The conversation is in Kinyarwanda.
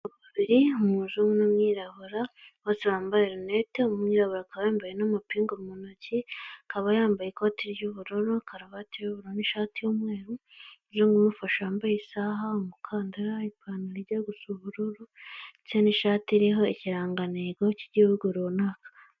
Abantu babiri umuzungu n'umwirabura bose bakaba bambaye linete uw'umwirabura akaba yambaye amapingu mu ntoki akaba yambaye ikoti ry'ubururu, karubvati y'ubururu n'ishati y'umweru n'umufashe yambaye isaaha, umukandara, ipantalo igiye gusa ubururu ndetse n'ishati iriho ikirangantego k'igihugu runaka.